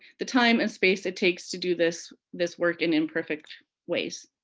the time and space it takes to do this this work in imperfect ways.